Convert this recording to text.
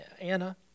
Anna